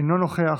אינו נוכח,